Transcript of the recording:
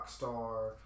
Rockstar